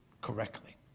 correctly